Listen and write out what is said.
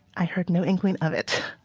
i heard no inkling of it.